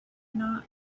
not